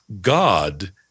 God